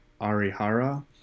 Arihara